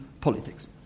politics